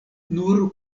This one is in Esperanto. nur